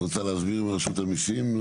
רוצה להסביר, רשות המיסים?